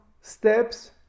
steps